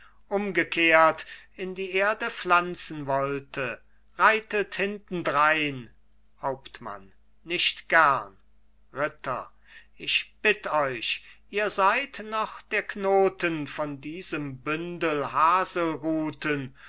umgekehrt in die erde pflanzen wollte reitet hinterdrein hauptmann nicht gern ritter ich bitt euch ihr seid noch der knoten von diesem bündel